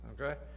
Okay